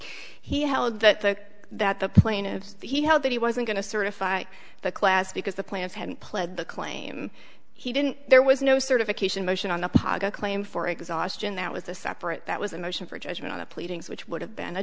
he held that the that the plaintiffs he held that he wasn't going to certify the class because the plants had pled the claim he didn't there was no certification motion on the pog a claim for exhaustion that was a separate that was a motion for judgment on the pleadings which would have been a